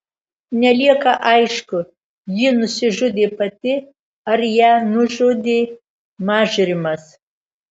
nelieka aišku ji nusižudė pati ar ją nužudė mažrimas